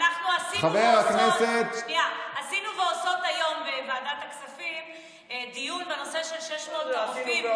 אנחנו עשינו ועושות היום בוועדת הכספים דיון בנושא של 600 הרופאים.